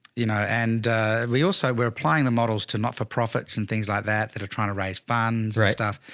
you know, and we also, we're applying the models to not for profits and things like that that are trying to raise funds and stuff.